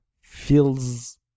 feels